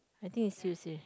I think is Tuesday